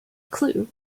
clue